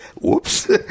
Whoops